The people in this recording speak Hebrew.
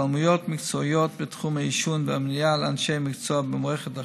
בהשתלמויות מקצועיות בתחום העישון והמניעה לאנשי מקצוע במערכת החינוך,